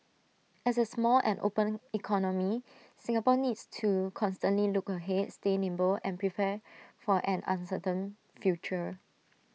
as A small and open economy Singapore needs to constantly look ahead stay nimble and prepare for an uncertain future